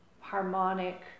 harmonic